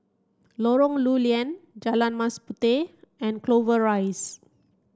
Lorong Lew Lian Jalan Mas Puteh and Clover Rise